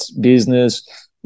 business